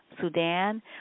Sudan